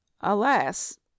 alas